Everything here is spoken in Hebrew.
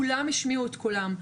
וכולם השמיעו את קולם.